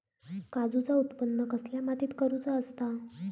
काजूचा उत्त्पन कसल्या मातीत करुचा असता?